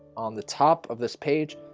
on the top of this page,